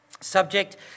subject